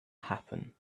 happen